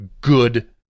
good